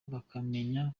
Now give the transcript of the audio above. bakamenya